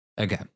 Okay